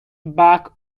back